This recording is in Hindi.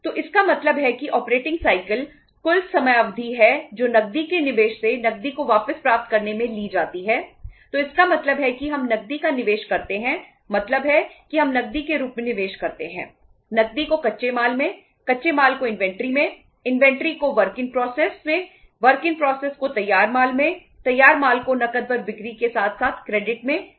तो इसका मतलब है कि ऑपरेटिंग साइकिल को तैयार माल में तैयार माल को नकद पर बिक्री के साथ साथ क्रेडिट में बदल दिया जाता है